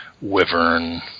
Wyvern